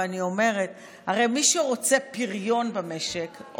ואומרת: הרי מי שרוצה פריון במשק,